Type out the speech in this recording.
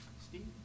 Steve